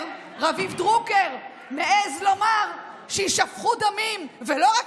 רביב דרוקר, מעז לומר שיישפכו דמים, ולא רק